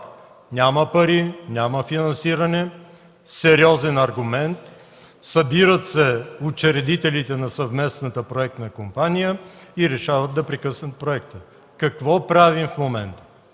няма пари, няма финансиране – аргументът е сериозен. Събират се учредителите на съответната проектна компания и решават да прекъснат проекта. Какво правим в момента?